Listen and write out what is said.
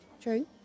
True